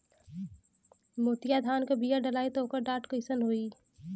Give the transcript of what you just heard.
मोतिया धान क बिया डलाईत ओकर डाठ कइसन होइ?